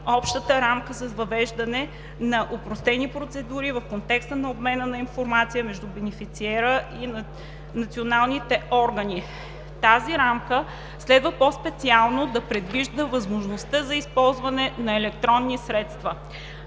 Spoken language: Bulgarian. общата рамка за въвеждане на опростени процедури в контекста на обмена на информация между бенефициера и националните органи. Тази рамка следва по специално да предвижда възможността за използване на електронни средства;